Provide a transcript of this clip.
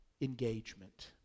engagement